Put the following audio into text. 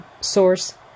Source